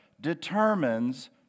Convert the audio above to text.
determines